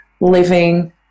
living